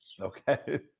okay